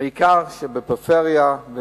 בעיקר בפריפריה.